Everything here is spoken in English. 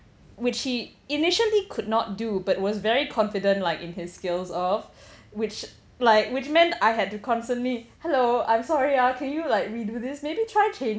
which he initially could not do but was very confident like in his skills of which like which meant I had to constantly hello I'm sorry ah can you like redo this maybe try changing